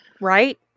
right